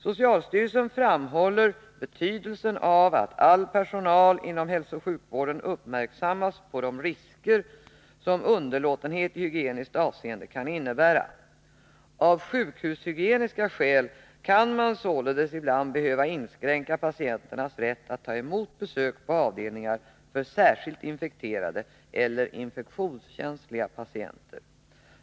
Socialstyrelsen framhåller betydelsen av att all personal inom hälsooch sjukvården uppmärksammas på de risker som underlåtenhet i hygieniskt avseende kan innebära. Av sjukhushygieniska skäl kan man således ibland behöva inskränka patienternas rätt att ta emot besök på avdelningar för särskilt infekterade eller infektionskänsliga patienter.